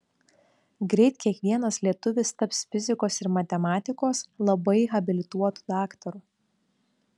greit kiekvienas lietuvis taps fizikos ir matematikos labai habilituotu daktaru